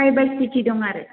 tribal सिति दं आरो